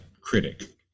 critic